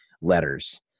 letters